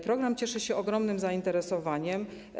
Program cieszy się ogromnym zainteresowaniem.